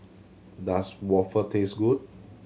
does waffle taste good